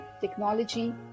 technology